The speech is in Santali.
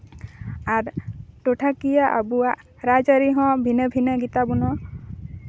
ᱟᱨ ᱴᱚᱴᱷᱟᱠᱤᱭᱟᱹ ᱟᱵᱚᱣᱟᱜ ᱨᱟᱡᱽ ᱟᱹᱨᱤ ᱦᱚᱸ ᱵᱷᱤᱱᱟᱹ ᱵᱷᱤᱱᱟᱹ ᱜᱮᱛᱟᱵᱚᱱᱟ